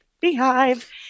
beehive